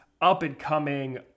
up-and-coming